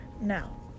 Now